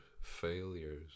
failures